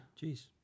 Jeez